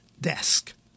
desk